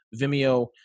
vimeo